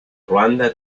ruanda